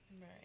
right